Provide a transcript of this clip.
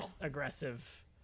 aggressive